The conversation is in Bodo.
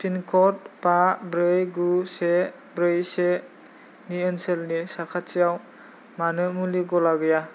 पिनक'ड बा ब्रै गु से ब्रै सेनि ओनसोलनि साखाथियाव मानो मुलि गला गैया